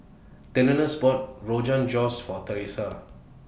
Delois bought Rogan Josh For Theresa